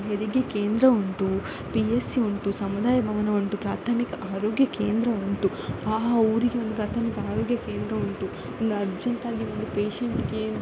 ಹೆರಿಗೆ ಕೇಂದ್ರ ಉಂಟು ಪಿ ಎಚ್ ಸಿ ಉಂಟು ಸಮುದಾಯ ಭವನ ಉಂಟು ಪ್ರಾಥಮಿಕ ಆರೋಗ್ಯ ಕೇಂದ್ರ ಉಂಟು ಆ ಆ ಊರಿಗೆ ಒಂದು ಪ್ರಾಥಮಿಕ ಕೇಂದ್ರ ಉಂಟು ಒಂದು ಅರ್ಜೆಂಟಾಗಿ ಒಂದು ಪೇಶೆಂಟ್ಗೆ